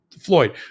Floyd